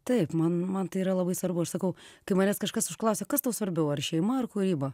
taip man man tai yra labai svarbu aš sakau kai manęs kažkas užklausia kas tau svarbiau ar šeima ar kūryba